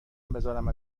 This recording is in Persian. بذارم